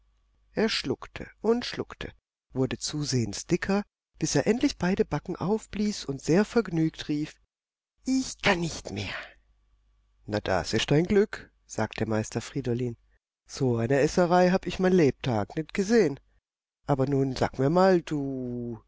er schluckte und schluckte wurde zusehends dicker bis er endlich beide backen aufblies und sehr vergnügt rief ich kann nicht mehr na das ist ein glück sagte meister friedolin so eine esserei hab ich mein lebtag nicht gesehen aber nun sag mir mal du